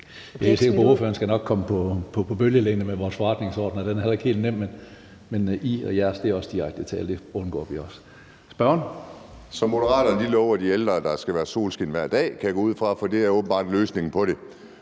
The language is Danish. jeg er sikker på, at ordføreren nok skal komme på bølgelængde med vores forretningsorden. Den er heller ikke helt nem. Men »I« og »jeres« er også direkte tiltale, og det undgår vi også. Spørgeren. Kl. 16:29 Kim Edberg Andersen (NB): Så Moderaterne lover de ældre, at der skal være solskin hver dag, kan jeg gå ud fra, for det er åbenbart løsningen på det.